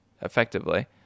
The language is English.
effectively